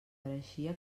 pareixia